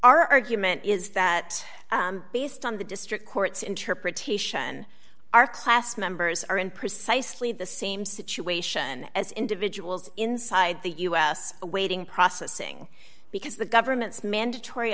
our argument is that based on the district court's interpretation our class members are in precisely the same situation as individuals inside the u s awaiting processing because the government's mandatory